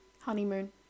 Honeymoon